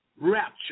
rapture